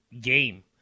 game